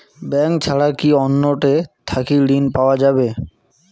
Bank ছাড়া কি অন্য টে থাকি ঋণ পাওয়া যাবে?